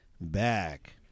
back